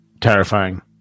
terrifying